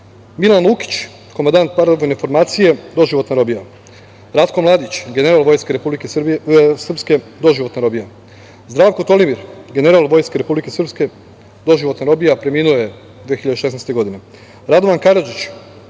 Milan Luki, komandant paravojne formacije – doživotna robija, Ratko Mladi, general Vojske Republike Srpske – doživotna robija, Zdravko Tolimić, general Vojske Republike Srpske – doživotna robija, preminuo je 2016. godine, Radovan Karadžić,